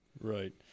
Right